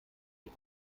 die